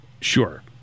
Sure